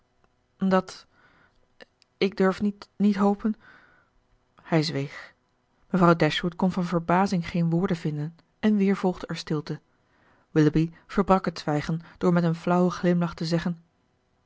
dat ik durf niet hopen hij zweeg mevrouw dashwood kon van verbazing geen woorden vinden en weer volgde er stilte willoughby verbrak het zwijgen door met een flauwen glimlach te zeggen